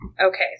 Okay